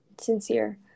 sincere